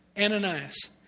Ananias